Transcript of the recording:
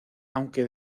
aunque